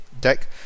deck